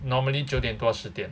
normally 九点多十点 ah